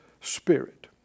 Spirit